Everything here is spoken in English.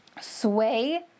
sway